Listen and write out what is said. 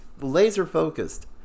laser-focused